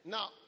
Now